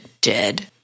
dead